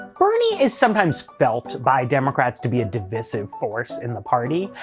bernie is sometimes felt by democrats to be a divisive force in the party.